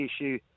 issue